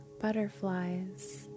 butterflies